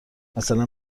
مثلا